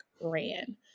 ran